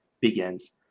begins